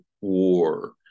war